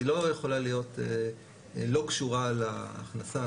היא לא יכולה להיות לא קשורה להכנסה,